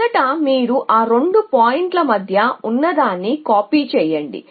మొదట మీరు ఆ 2 పాయింట్ల మధ్య ఉన్నదాన్ని కాపీ చేయండి